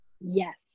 Yes